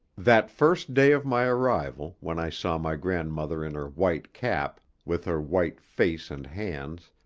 that first day of my arrival, when i saw my grandmother in her white cap, with her white face and hands,